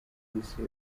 yise